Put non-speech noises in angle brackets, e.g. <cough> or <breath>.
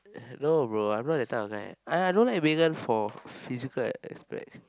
<breath> no bro I'm not that kind of guy I I don't like Megan for physical aspect